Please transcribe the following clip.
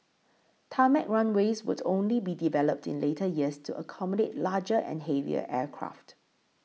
tarmac runways would only be developed in later years to accommodate larger and heavier aircraft